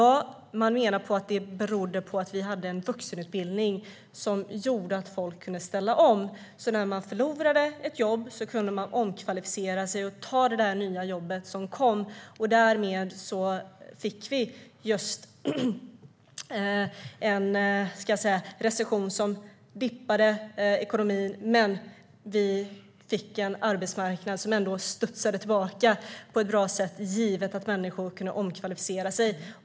Man menar att det berodde på att det fanns en vuxenutbildning som gjorde att folk kunde ställa om. När de förlorade ett jobb kunde de omkvalificera sig och ta nya jobb. Därmed fick vi en recession i ekonomin men ändå en arbetsmarknad som studsade tillbaka på ett bra sätt, givet att människor kunde omkvalificera sig.